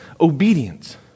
obedience